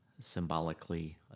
symbolically